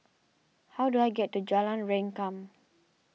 how do I get to Jalan Rengkam